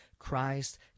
Christ